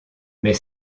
mais